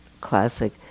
classic